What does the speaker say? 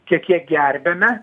kiek ją gerbiame